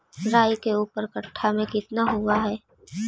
राई के ऊपर कट्ठा में कितना हुआ है?